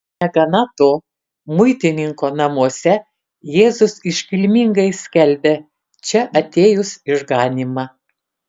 negana to muitininko namuose jėzus iškilmingai skelbia čia atėjus išganymą